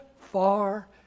far